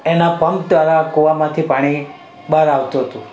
એના પંપ દ્વારા કૂવામાંથી પાણી બહાર આવતું હતું